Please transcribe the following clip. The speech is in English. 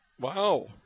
Wow